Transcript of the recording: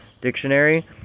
dictionary